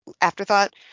afterthought